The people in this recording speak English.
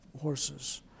horses